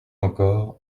encore